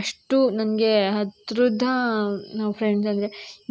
ಅಷ್ಟು ನನಗೆ ಹತ್ರದ ನಾವು ಫ್ರೆಂಡ್ಸಂದರೆ